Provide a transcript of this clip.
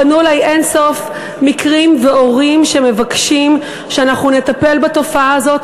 פנו אלי על אין-סוף מקרים הורים שמבקשים שאנחנו נטפל בתופעה הזאת,